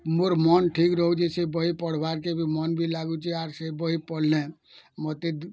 ମୋର୍ ମନ୍ ଠିକ୍ ରହୁଛେ ସେ ବହି ପଢ଼୍ବାର୍ କେ ମନ୍ ବି ଲାଗୁଛେ ଆର୍ ସେ ବହି ପଢ଼୍ଲେ ମୋତେ